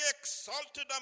exalted